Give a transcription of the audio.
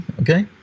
Okay